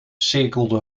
cirkelde